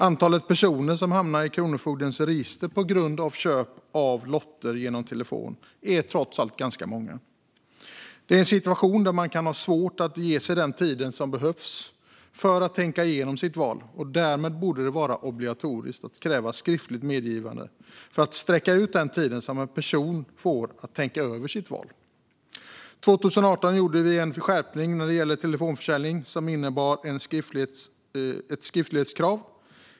Antalet personer som hamnar i Kronofogdens register på grund av köp av lotter på telefon är trots allt ganska stort. Det är en situation där man kan ha svårt att ta sig den tid som behövs för att tänka igenom sitt val, och därmed borde det vara obligatoriskt att kräva skriftligt medgivande för att sträcka ut den tid som en person har att tänka över sitt val. År 2018 gjorde vi en skärpning när det gällde telefonförsäljning, som innebar ett skriftlighetskrav.